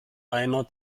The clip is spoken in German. einer